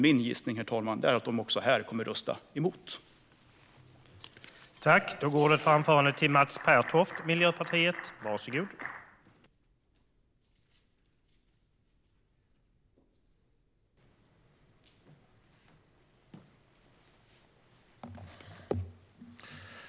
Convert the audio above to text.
Min gissning är dock att de kommer att rösta emot också här.